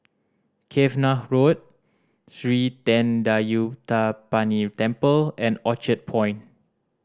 Cavenagh Road Sri Thendayuthapani Temple and Orchard Point